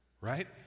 right